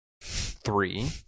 Three